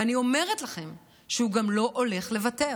ואני אומרת לכם שהוא גם לא הולך לוותר,